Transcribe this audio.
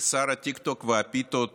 ושר הטיקטוק והפיתות